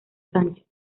sánchez